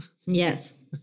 Yes